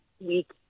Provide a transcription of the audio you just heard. week